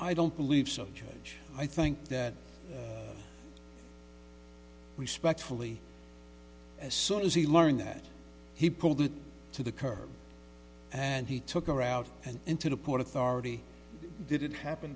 i don't believe so change i think that respectfully as soon as he learned that he pulled it to the curb and he took a route and into the port authority didn't happen